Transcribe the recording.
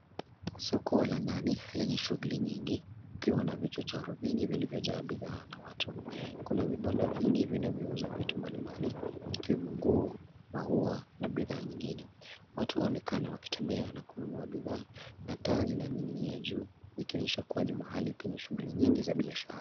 Soko la ndani lenye shughuli nyingi ikiwa na vichochoro vingi vilivyojaa bidhaa na watu. Kuna vibanda vingi vinavyouza vitu mbali mbali, ikiwemo nguo, maua na bidhaa nyingine. Watu huonekana wakitembea na kununua bidhaa na taa zinaning'inia kuonyesha kuwa ni pahali penye shughuli nyingi za biashara.